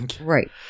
Right